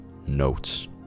Notes